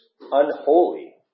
unholy